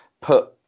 put